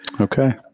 Okay